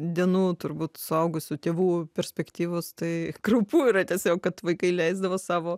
dienų turbūt suaugusių tėvų perspektyvos tai kraupu yra tiesiog kad vaikai leisdavo savo